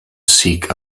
seek